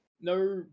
No